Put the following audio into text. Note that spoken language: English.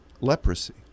leprosy